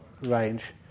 range